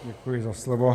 Děkuji za slovo.